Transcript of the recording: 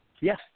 Yes